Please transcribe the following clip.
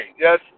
Yes